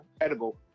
edible